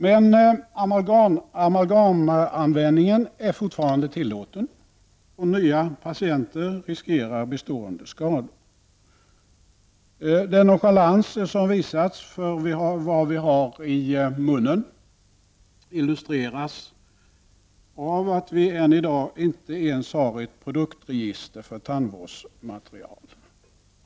Men amalgamanvändningen är fortfarande tillåten, och nya patienter riskerar bestående skador. Den nonchalans för vad vi har i munnen som har visats illustreras av att det än i dag inte ens finns ett produktregister för tandvårdsmaterial.